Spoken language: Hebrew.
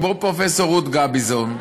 כמו פרופ' רות גביזון,